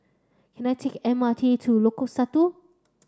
can I take M R T to Lengkok Satu